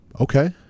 Okay